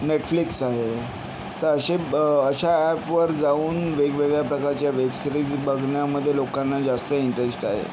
Netflix आहे तर असे अशा ॲपवर जाऊन वेगवेगळ्या प्रकारच्या वेबसिरीज बघण्यामधे लोकांना जास्त इंटरेस्ट आहे